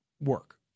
work